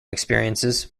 experiences